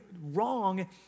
wrong